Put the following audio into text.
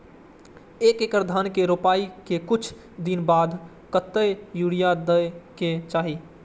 एक एकड़ धान के रोपाई के कुछ दिन बाद कतेक यूरिया दे के चाही?